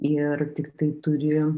ir tiktai turi